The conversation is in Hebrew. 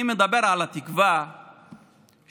אני מדבר על התקווה שרווחת,